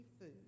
food